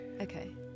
Okay